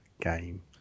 game